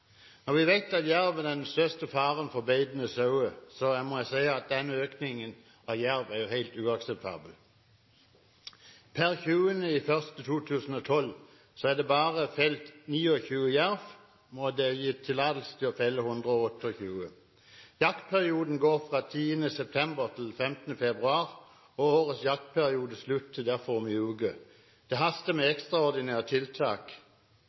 Når vi vet at jerven er den største faren for beitende sauer, må jeg si at den økningen av jerv er helt uakseptabel. Per 20. januar 2012 er det felt bare 29 jerv, og det er gitt tillatelse til å felle 128. Jaktperioden går fra 10. september til 15. februar, og årets jaktperiode slutter derfor om én uke. Det haster med ekstraordinære tiltak.